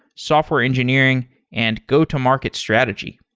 software engineering and go-to-market strategy.